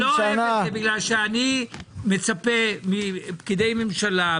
זה בגלל שאני מצפה מפקידי ממשלה,